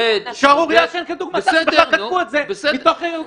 שערורייה שאין כדוגמתה --- בסדר גמור,